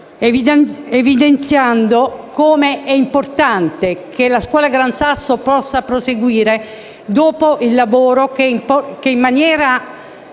Grazie